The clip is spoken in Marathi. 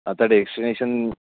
आता डेक्सिनेशन